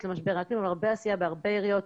למשברי האקלים אבל הרבה עשייה בהרבה עיריות.